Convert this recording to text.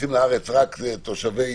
שמכניסים לארץ רק תושבי